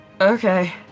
Okay